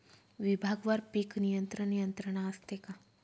विभागवार पीक नियंत्रण यंत्रणा असते का?